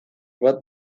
bat